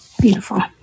Beautiful